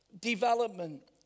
development